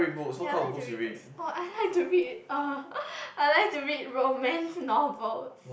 ya I like to read books oh I like to read uh I like to read romance novels